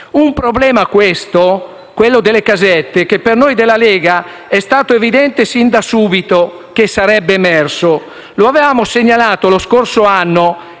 Un problema, quello delle casette, che per noi della Lega Nord è stato evidente fin da subito che sarebbe emerso. Lo abbiamo segnalato lo scorso anno